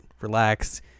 relax